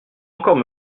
encore